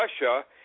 Russia